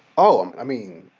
oh, um i mean,